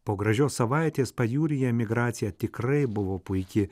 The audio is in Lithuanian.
po gražios savaitės pajūryje migracija tikrai buvo puiki